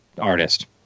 artist